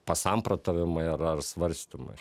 pasamprotavimai ar ar svarstymai